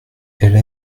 elle